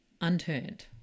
unturned